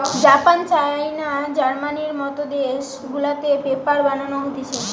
Japan, China, জার্মানির মত দেশ গুলাতে পেপার বানানো হতিছে